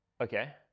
Okay